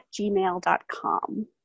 gmail.com